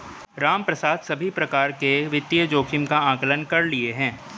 रामप्रसाद सभी प्रकार के वित्तीय जोखिम का आंकलन कर लिए है